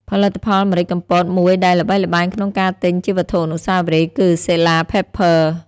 ផលិតផលម្រេចកំពតមួយដែលល្បីល្បាញក្នុងការទិញជាវត្ថុអនុស្សាវរីយ៍គឺ សិលា ផិប ភើ Sela's Pepper